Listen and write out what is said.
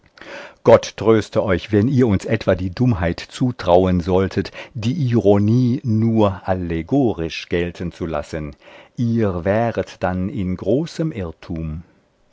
gott tröste euch wenn ihr uns etwa die dummheit zutrauen solltet die ironie nur allegorisch gelten zu lassen ihr wäret dann in großem irrtum